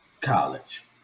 College